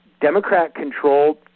Democrat-controlled